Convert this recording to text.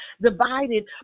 divided